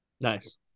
nice